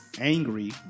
angry